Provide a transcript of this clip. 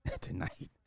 tonight